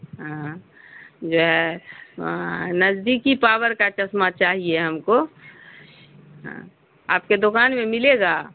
ہاں جو ہے نزدیکی پاور کا چشمہ چاہیے ہم کو ہاں آپ کے دکان میں ملے گا